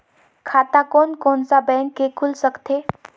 खाता कोन कोन सा बैंक के खुल सकथे?